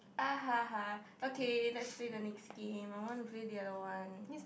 ahaha okay let's play the next game I want to play the other one